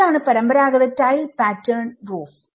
ഇതാണ് പരമ്പരാഗത tile pattern roof